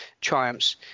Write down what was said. triumphs